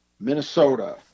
Minnesota